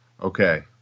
Okay